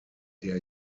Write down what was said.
der